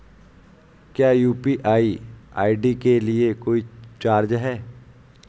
क्या UPI ID के लिए कोई चार्ज है?